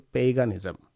Paganism